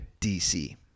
DC